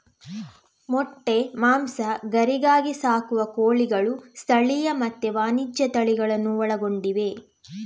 ಮೊಟ್ಟೆ, ಮಾಂಸ, ಗರಿಗಾಗಿ ಸಾಕುವ ಕೋಳಿಗಳು ಸ್ಥಳೀಯ ಮತ್ತೆ ವಾಣಿಜ್ಯ ತಳಿಗಳನ್ನೂ ಒಳಗೊಂಡಿವೆ